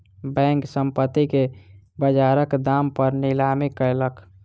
bank, संपत्ति के बजारक दाम पर नीलामी कयलक